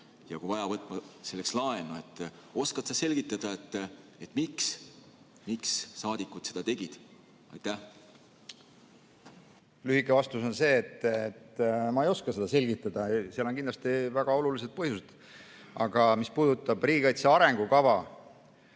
ja kui vaja, võtma selleks laenu. Oskad sa selgitada, miks saadikud seda tegid? Lühike vastus on see, et ma ei oska seda selgitada. Seal on kindlasti väga olulised põhjused. Aga mis puudutab riigikaitse arengukava,